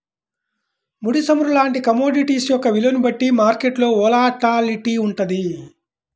ముడి చమురు లాంటి కమోడిటీస్ యొక్క విలువని బట్టే మార్కెట్ వోలటాలిటీ వుంటది